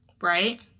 Right